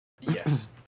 Yes